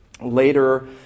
later